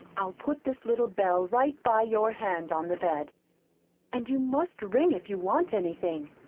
i'll put this little bell right by your hand on the bed and you must ring if you want anything,